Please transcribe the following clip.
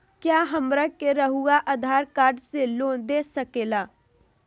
क्या हमरा के रहुआ आधार कार्ड से लोन दे सकेला?